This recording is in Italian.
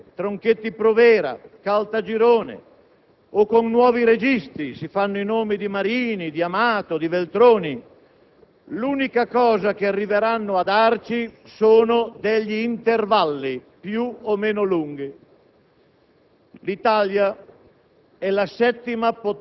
e con produttori come De Benedetti, Tronchetti Provera, Caltagirone o con nuovi registi - si fanno i nomi di Marini, di Amato, di Veltroni - l'unica cosa che arriverebbero a darci sarebbero degli intervalli, più o meno lunghi.